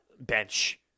bench